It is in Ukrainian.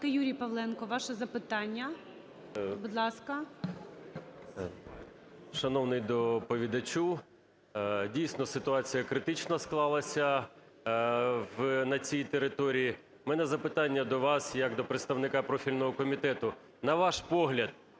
Юрій Павленко, ваше запитання, будь ласка. 13:04:05 ПАВЛЕНКО Ю.О. Шановний доповідачу, дійсно, ситуація критично склалася на цій території. У мене запитання до вас як до представника профільного комітету. На ваш погляд,